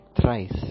thrice